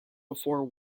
before